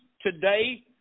today